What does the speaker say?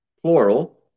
plural